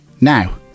Now